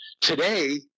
Today